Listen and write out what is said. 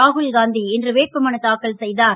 ராகுல்காந்தி இன்று வேட்புமனு தாக்கல் செய்தார்